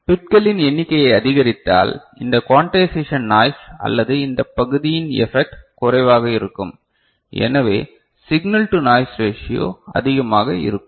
பிட்களின் எண்ணிக்கையை அதிகரித்தால் இந்த க்வோண்டைசேஷன் நாய்ஸ் அல்லது இந்த பகுதியின் எப்பக்ட் குறைவாக இருக்கும் எனவே சிக்னல் டு நாய்ஸ் ரேஷியோ அதிகமாக இருக்கும்